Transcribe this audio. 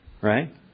right